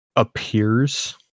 appears